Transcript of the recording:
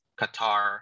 Qatar